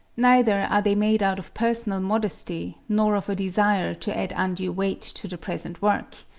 neither are they made out of personal modesty nor of a desire to add undue weight to the present work.